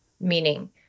Meaning